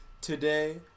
Today